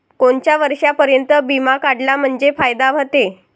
कोनच्या वर्षापर्यंत बिमा काढला म्हंजे फायदा व्हते?